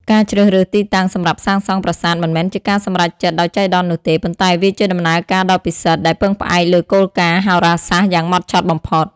ការជ្រើសរើសទីតាំងសម្រាប់សាងសង់ប្រាសាទមិនមែនជាការសម្រេចចិត្តដោយចៃដន្យនោះទេ ប៉ុន្តែវាជាដំណើរការដ៏ពិសិដ្ឋដែលពឹងផ្អែកលើគោលការណ៍ហោរាសាស្ត្រយ៉ាងហ្មត់ចត់បំផុត។